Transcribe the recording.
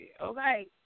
okay